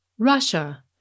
Russia